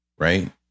Right